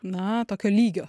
na tokio lygio